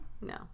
No